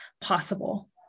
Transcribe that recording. possible